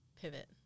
pivot